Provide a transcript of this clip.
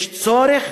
יש צורך